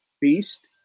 beast